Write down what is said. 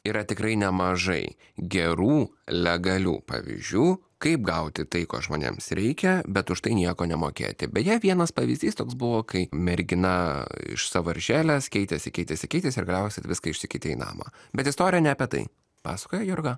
yra tikrai nemažai gerų legalių pavyzdžių kaip gauti tai ko žmonėms reikia bet už tai nieko nemokėti beje vienas pavyzdys toks buvo kai mergina iš sąvaržėlės keitėsi keitėsi keitėsi ir gavosi kad viską išsikeitė į namą bet istorija ne apie tai pasakoja jurga